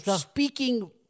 speaking